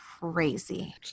Crazy